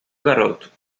garoto